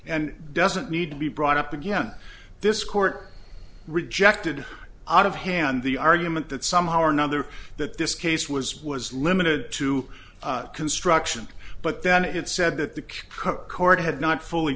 and doesn't need to be brought up again this court rejected out of hand the argument that somehow or another that this case was was limited to construction but then it said that the court had not fully